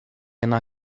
yna